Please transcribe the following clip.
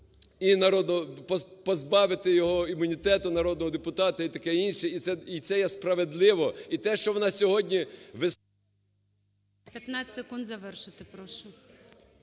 позбавити її імунітету народного депутата і таке інше, і це є справедливо.